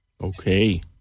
Okay